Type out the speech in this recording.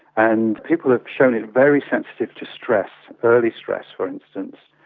and people have shown it's very sensitive to stress, early stress, for instance,